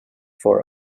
for